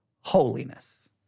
holiness